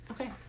Okay